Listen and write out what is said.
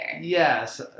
Yes